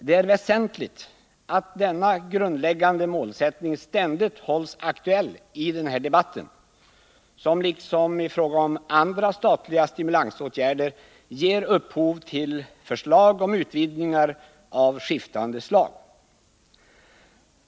Det är väsentligt att denna grundläggande målsättning ständigt hålls aktuell i den här debatten, som liksom i fråga om andra statliga stimulansåtgärder ger upphov till förslag om utvidgningar av skiftande slag.